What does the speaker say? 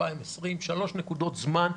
2020 שלוש נקודות זמן.